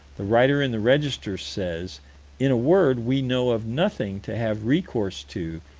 the writer in the register says in a word, we know of nothing to have recourse to,